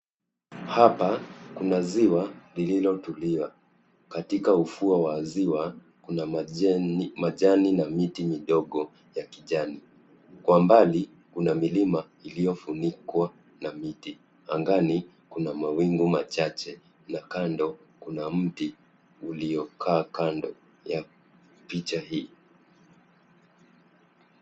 Hapa kuna ziwa lililotulia. Katika ufuo wa ziwa kuna majani na miti midogo ya kijani. Kwa mbali kuna milima ilifunikwa na miti. Angani kuna mawingu machache na kando kuna mti uliokaa kando ya picha hii.